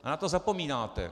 A na to zapomínáte.